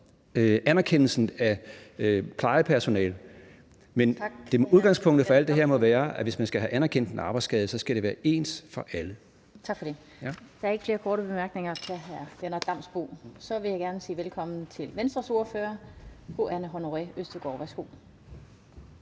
anerkendelsen af plejepersonalet, men udgangspunktet for alt det her må være, at hvis man skal have anerkendt en arbejdsskade, skal det være ens for alle. Kl. 17:53 Den fg. formand (Annette Lind): Tak for det. Der er ikke flere korte bemærkninger til hr. Lennart Damsbo-Andersen. Så vil jeg gerne sige velkommen til Venstres ordfører, fru Anne Honoré Østergaard. Værsgo.